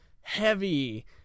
heavy